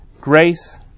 Grace